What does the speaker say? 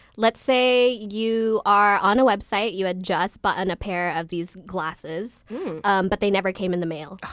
let's say you are on a website. you had just bought but and a pair of these glasses um but they never came in the mail.